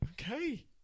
Okay